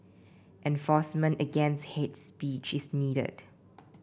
enforcement against hate speech is needed